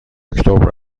اکتبر